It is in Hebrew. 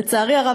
לצערי הרב,